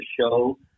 show